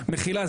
מחילה,